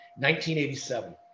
1987